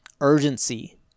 urgency